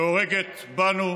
שהורגת בנו,